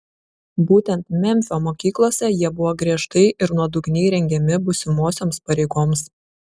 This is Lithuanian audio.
būtent memfio mokyklose jie buvo griežtai ir nuodugniai rengiami būsimosioms pareigoms